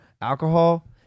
alcohol